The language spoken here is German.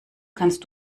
kannst